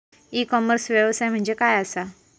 E commerce व्यवसाय म्हणजे काय असा?